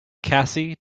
cassie